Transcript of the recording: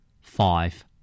Five